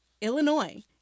Illinois